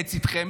ולהתייעץ איתכם,